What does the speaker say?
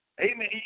Amen